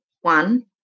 one